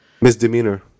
Misdemeanor